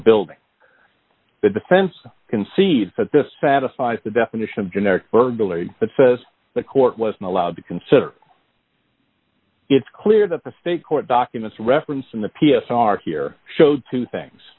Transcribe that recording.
building the defense concedes that this satisfies the definition of generic birth delayed but says the court was not allowed to consider it's clear that the state court documents referencing the p s r here showed two things